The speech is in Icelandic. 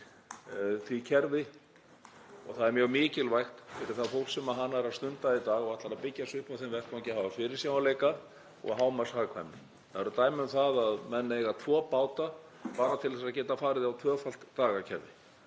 því kerfi og það er mjög mikilvægt fyrir það fólk sem hana er að stunda í dag og ætlar að byggja sig upp á þeim vettvangi að hafa fyrirsjáanleika og hámarkshagkvæmni. Það eru dæmi um það að menn eigi tvo báta, bara til að geta farið á tvöfalt dagakerfi.